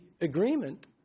agreement